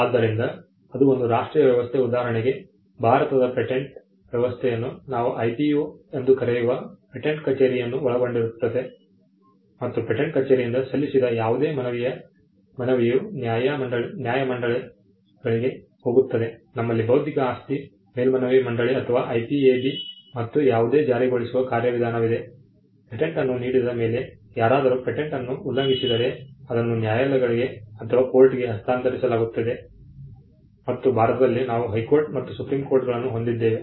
ಆದ್ದರಿಂದ ಅದು ಒಂದು ರಾಷ್ಟ್ರೀಯ ವ್ಯವಸ್ಥೆ ಉದಾಹರಣೆಗೆ ಭಾರತದ ಪೇಟೆಂಟ್ ವ್ಯವಸ್ಥೆಯನ್ನು ನಾವು IPO ಎಂದು ಕರೆಯುವ ಪೇಟೆಂಟ್ ಕಚೇರಿಯನ್ನು ಒಳಗೊಂಡಿರುತ್ತದೆ ಮತ್ತು ಪೇಟೆಂಟ್ ಕಚೇರಿಯಿಂದ ಸಲ್ಲಿಸಿದ್ದ ಯಾವುದೇ ಮನವಿಯು ನ್ಯಾಯ ಮಂಡಳಿಗಳಿಗೆ ಹೋಗುತ್ತದೆ ನಮ್ಮಲ್ಲಿ ಬೌದ್ಧಿಕ ಆಸ್ತಿ ಮೇಲ್ಮನವಿ ಮಂಡಳಿ ಅಥವಾ IPAB ಮತ್ತು ಯಾವುದೇ ಜಾರಿಗೊಳಿಸುವ ಕಾರ್ಯವಿಧಾನವಿದೆ ಪೇಟೆಂಟ್ ಅನ್ನು ನೀಡಿದ ಮೇಲೆ ಯಾರಾದರೂ ಪೇಟೆಂಟ್ ಅನ್ನು ಉಲ್ಲಂಘಿಸಿದರೆ ಅದನ್ನು ನ್ಯಾಯಾಲಯಗಳಿಗೆ ಅಥವಾ ಕೋರ್ಟಗೆ ಹಸ್ತಾಂತರಿಸಲಾಗುತ್ತಿದೆ ಮತ್ತು ಭಾರತದಲ್ಲಿ ನಾವು ಹೈಕೋರ್ಟ್ ಮತ್ತು ಸುಪ್ರೀಂ ಕೋರ್ಟ್ಗಳನ್ನು ಹೊಂದಿದ್ದೇವೆ